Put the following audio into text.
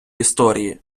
історії